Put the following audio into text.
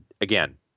again